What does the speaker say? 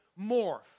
morph